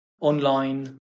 online